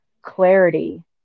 clarity